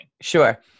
Sure